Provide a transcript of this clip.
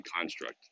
construct